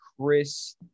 Chris